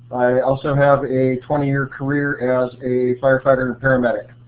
i also have a twenty year career as a firefighter and paramedic.